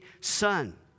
son